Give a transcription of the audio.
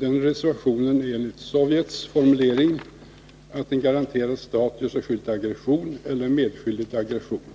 Den reservationen är enligt Sovjets formulering gällande om en stat gör sig skyldig till aggression eller är medskyldig till aggression.